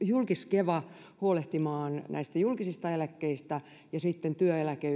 julkis keva huolehtimaan näistä julkisista eläkkeistä ja sitten työeläke